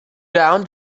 down